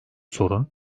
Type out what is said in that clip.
sorun